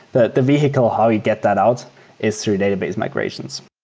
the the vehicle how you get that out is through database migrations.